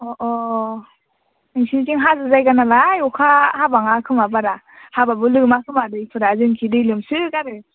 अ अ नोंसोरनिथिं हाजो जायगा नालाय अखा हाबाङा खोमा बारा हाबाबो लोमाखोमा दैफोरा जोंनिथिं दै लोमसोगारो